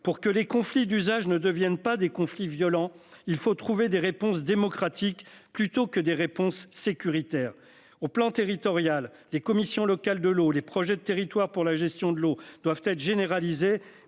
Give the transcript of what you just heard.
pour que les conflits d'usage ne deviennent pas des conflits violents, il faut trouver des réponses démocratiques plutôt que des réponses sécuritaires au plan territorial. Les commissions locales de l'eau, les projets de territoire pour la gestion de l'eau doivent être généralisé